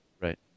Right